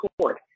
Court